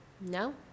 no